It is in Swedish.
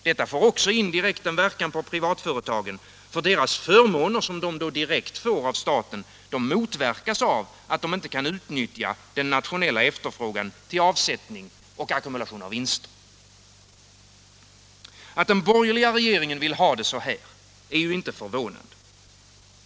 Detta får också indirekt en verkan på privatföretagen, eftersom deras förmåner, som de direkt får av staten, motverkas av att de inte kan utnyttja den nationella efterfrågan till avsättning och ackumulation av vinster. Att den borgerliga regeringen vill ha det så här är ju inte förvånande.